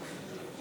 אבל בקול רם,